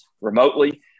remotely